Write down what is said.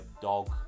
dog